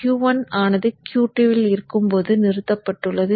எனவே Q1 ஆனது Q2 இல் இருக்கும்போது நிறுத்தப்பட்டுள்ளது